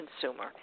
consumer